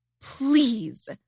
please